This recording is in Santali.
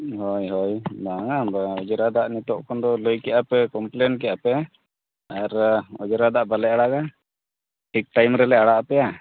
ᱦᱳᱭ ᱦᱳᱭ ᱵᱟᱝᱟ ᱚᱡᱽᱨᱟ ᱫᱟᱜ ᱱᱤᱛᱳᱜ ᱠᱷᱚᱱ ᱫᱚ ᱞᱟᱹᱭ ᱠᱮᱜ ᱟᱯᱮ ᱠᱚᱢᱯᱞᱮᱱ ᱠᱮᱜ ᱟᱯᱮ ᱟᱨ ᱚᱡᱽᱨᱟ ᱫᱟᱜ ᱵᱟᱞᱮ ᱟᱲᱟᱜᱟ ᱴᱷᱤᱠ ᱴᱟᱭᱤᱢ ᱨᱮᱞᱮ ᱟᱲᱟᱜ ᱟᱯᱮᱭᱟ